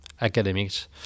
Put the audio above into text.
academics